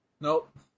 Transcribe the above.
Nope